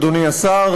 אדוני השר,